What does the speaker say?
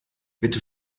bitte